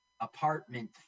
apartment